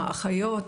האחיות,